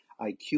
IQ